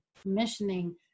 commissioning